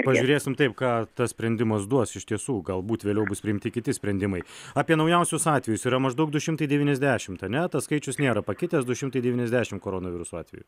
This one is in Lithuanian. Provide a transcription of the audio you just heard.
pažiūrėsim taip ką tas sprendimas duos iš tiesų galbūt vėliau bus priimti kiti sprendimai apie naujausius atvejus yra maždaug du šimtai devyniasdešimt ane tas skaičius nėra pakitęs du šimtai devyniasdešimt koronaviruso atvejų